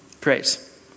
Praise